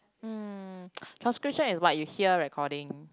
hmm transcription is what you hear recording